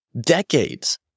decades